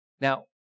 Now